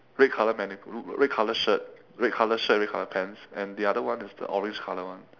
red colour mannequin red colour shirt red colour shirt red colour pants and the other one is the orange colour one